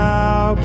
now